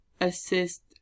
assist